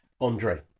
Andre